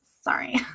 Sorry